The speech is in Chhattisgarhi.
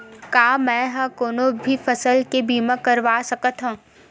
का मै ह कोनो भी फसल के बीमा करवा सकत हव?